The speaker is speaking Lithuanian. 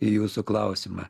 į jūsų klausimą